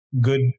good